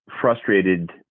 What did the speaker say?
frustrated